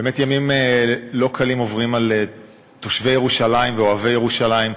באמת ימים לא קלים עוברים על תושבי ירושלים ואוהבי ירושלים.